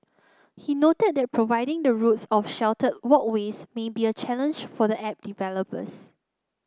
he noted that providing the routes of sheltered walkways may be a challenge for the app developers